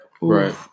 Right